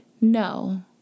no